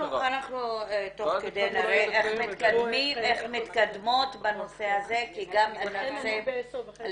אנחנו נראה תוך כדי איך אנחנו מתקדמות בנושא הזה כי גם נרצה לשמוע.